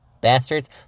Bastards